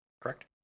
Correct